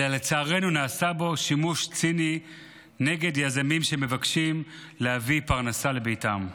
אלא לצערנו נעשה בו שימוש ציני נגד יזמים שמבקשים להביא פרנסה לביתם.